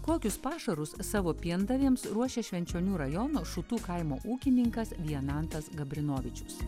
kokius pašarus savo piendavėms ruošia švenčionių rajono šutų kaimo ūkininkas vienantas gabrinovičius